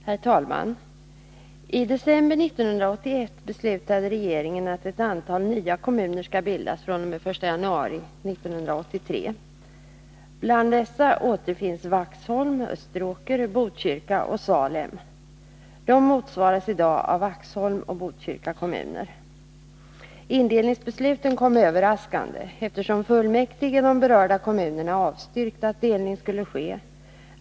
Herr talman! I december 1981 beslutade regeringen att ett antal nya kommuner skall bildas fr.o.m. den 1 januari 1983. Bland dessa återfinns Vaxholms, Österåkers, Botkyrka och Salems kommuner. De motsvaras i dag av Vaxholms och Botkyrka kommuner. Indelningsbesluten kom överraskande, eftersom fullmäktige i de berörda kommunerna avstyrkt att delning skulle ske.